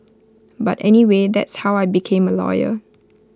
but anyway that's how I became A lawyer